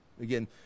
Again